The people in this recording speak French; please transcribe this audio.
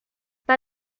pas